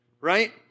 Right